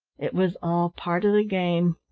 it was all part of the game.